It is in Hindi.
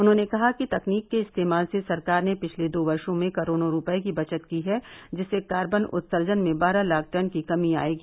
उन्होंने कहा कि तकनीक के इस्तेमाल से सरकार ने पिछले दो वर्षो में करोड़ों रूपये की बचत की है जिससे कार्बन उर्त्सजन में बारह लाख टन की कमी आयेगी